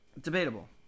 debatable